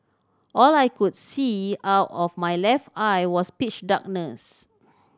all I could see out of my left eye was pitch darkness